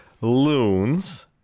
loons